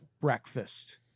breakfast